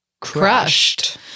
crushed